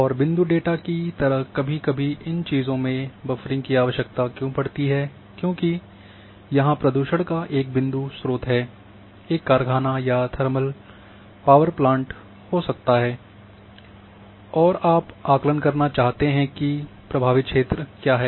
और बिंदु डेटा की तरह कभी कभी इन चीजों में बफरिंग की आवश्यकता क्यों पड़ती है क्योंकि यहाँ प्रदूषण का एक बिंदु स्रोत एक कारखाना या थर्मल पावर प्लांट हो सकता है और आप आकलन करना चाहते हैं प्रभावित क्षेत्र क्या है